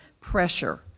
pressure